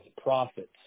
profits